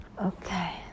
okay